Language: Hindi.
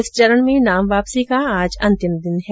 इस चरण में नाम वापसी का आज अंतिम दिन है